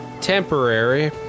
temporary